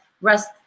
rest